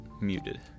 muted